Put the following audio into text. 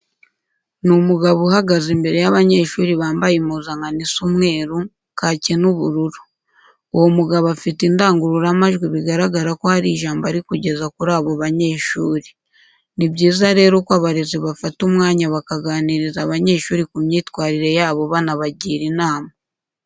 Ni umugabo uhagaze imbere y'abanyeshuri bambaye impuzankano isa umweru, kake n'ubururu. Uwo mugabo afite indangururamajwi bigaragara ko hari ijambo ari kugeza kuri abo banyeshuri. Ni byiza rero ko abarezi bafata umwanya bakaganiriza abanyeshuri ku myitwarire yabo banabagira inama.